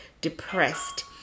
depressed